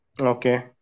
Okay